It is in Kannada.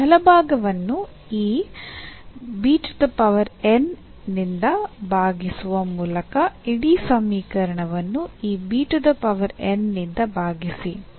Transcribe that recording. ಈ ಬಲಭಾಗವನ್ನು ಈ ನಿಂದ ಭಾಗಿಸುವ ಮೂಲಕ ಇಡೀ ಸಮೀಕರಣವನ್ನು ಈ ನಿಂದ ಭಾಗಿಸಿ